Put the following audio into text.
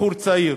בחור צעיר.